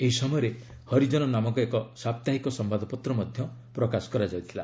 ଏହି ସମୟରେ ହରିଜନ ନାମକ ଏକ ସାପ୍ତାହିକ ସମ୍ବାଦପତ୍ ମଧ୍ୟ ପ୍ରକାଶ କରାଯାଇଥିଲା